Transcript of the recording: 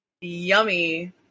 Yummy